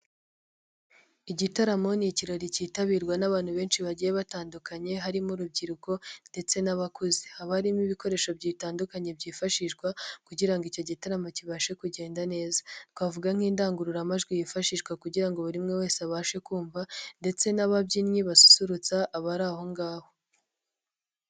Igitaramo ni ikirori kitabirwa n'abantu benshi bagiye batandukanye, harimo urubyiruko ndetse n'abakuze. Habamo ibikoresho bitandukanye byifashishwa kugira icyo gitaramo kibashe kugenda neza, twavuga nk'indangururamajwi yifashishwa kugira ngo buri umwe wese abashe kumva ndetse n'ababyinnyi basusurutsa abari ahongaho.